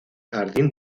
jardín